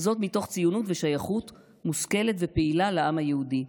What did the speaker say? זאת מתוך ציונות ושייכות מושכלת ופעילה לעם היהודי.